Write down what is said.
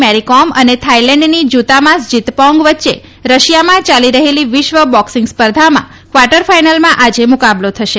મેરિકોમ અને થાઈલેન્ડની જૂતામાસ જીતપોંગ વચ્ચે રશિયામાં યાલી રહેલી વિશ્વ બોક્સિંગ સ્પર્ધામાં કવાર્ટર ફાઇનલમાં આજે મુકાબલો થશે